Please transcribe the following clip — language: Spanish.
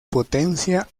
potencia